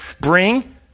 bring